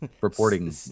reporting